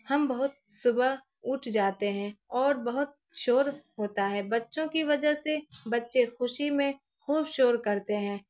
ہم بہت صبح اٹھ جاتے ہیں اور بہت شور ہوتا ہے بچوں کی وجہ سے بچے خوشی میں خوب شور کرتے ہیں